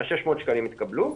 ה-600 שקלים התקבלו,